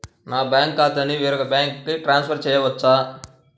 నా బ్యాంక్ ఖాతాని వేరొక బ్యాంక్కి ట్రాన్స్ఫర్ చేయొచ్చా?